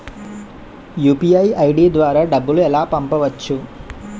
UPI ID ద్వారా డబ్బులు ఎలా పంపవచ్చు?